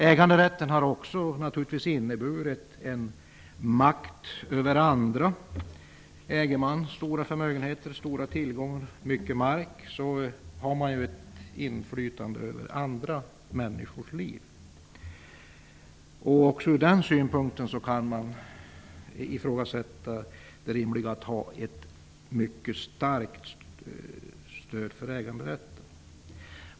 Äganderätten har naturligtvis också inneburit en makt över andra. Äger man stora förmögenheter, stora tillgångar och mycket mark har man ett inflytande över andra människors liv. Från den synpunkten kan man ifrågasätta det rimliga i äganderättens mycket starka ställning.